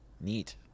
neat